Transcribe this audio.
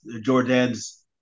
Jordan's